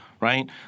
Right